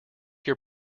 your